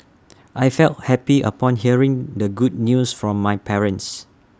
I felt happy upon hearing the good news from my parents